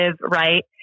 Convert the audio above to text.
right